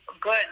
good